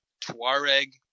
Tuareg